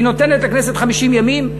היא נותנת לכנסת 50 ימים,